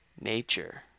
nature